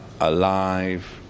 alive